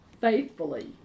faithfully